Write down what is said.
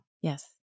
Yes